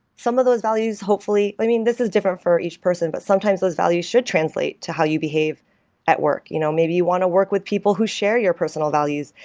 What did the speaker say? some of those values hopefully i mean, this is different for each person, but sometimes those values should translate to how you behave at work you know maybe you want to work with people who share your personal values.